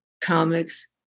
comics